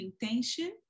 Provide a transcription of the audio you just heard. intention